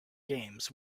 games